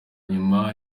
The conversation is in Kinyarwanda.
nyuma